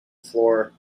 floor